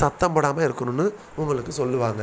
சத்தம் போடாமல் இருக்கணுன்னு உங்களுக்கு சொல்லுவாங்க